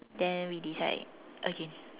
then we decide again